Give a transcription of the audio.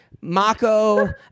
Mako